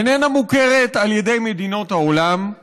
איננה מוכרת על ידי מדינות העולם.